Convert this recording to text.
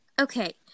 okay